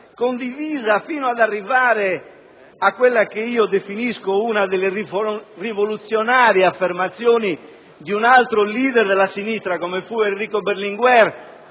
condivisa, fino ad arrivare a quella che io definisco una delle rivoluzionarie affermazioni di un altro *leader* della sinistra come fu Enrico Berlinguer,